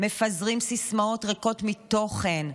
מפזרים סיסמאות ריקות מתוכן,